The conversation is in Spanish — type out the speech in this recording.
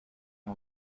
una